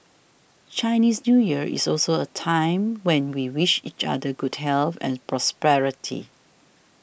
Chinese New Year is also a time when we wish each other good health and prosperity